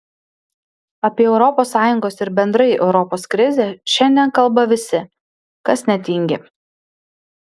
apie europos sąjungos ir bendrai europos krizę šiandien kalba visi kas netingi